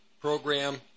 program